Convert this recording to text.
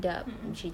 mm mm